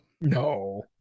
No